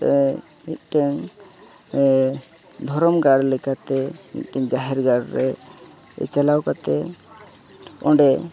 ᱢᱤᱫᱴᱟᱝ ᱫᱷᱚᱨᱚᱢ ᱜᱟᱲ ᱞᱮᱠᱟᱛᱮ ᱢᱤᱫᱴᱮᱱ ᱡᱟᱦᱮᱨ ᱜᱟᱲ ᱨᱮ ᱪᱟᱞᱟᱣ ᱠᱟᱛᱮᱫ ᱚᱸᱰᱮ